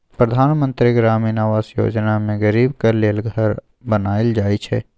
परधान मन्त्री ग्रामीण आबास योजना मे गरीबक लेल घर बनाएल जाइ छै